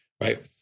right